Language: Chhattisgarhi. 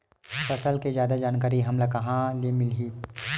फसल के जादा जानकारी हमला कहां ले मिलही?